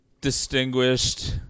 distinguished